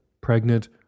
pregnant